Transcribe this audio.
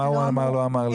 מה הוא לא אמר לי אמת?